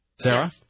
Sarah